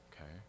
okay